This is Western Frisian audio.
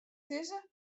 sizze